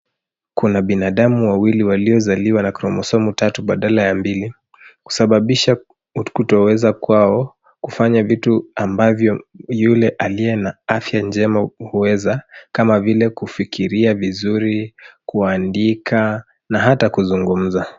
Kuna binadamu wawili waliozaliwa na chromosomu tatu badala ya mbili, kusababisha kutoweza kwao kufanya vitu ambavyo ,yule aliye na afya njema huweza ,kama vile kufikiria vizuri, kuandika na hata kuzungumza.